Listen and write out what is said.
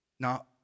Now